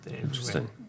Interesting